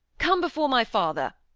come before my father.